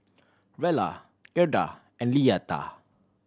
Rella Gerda and Leatha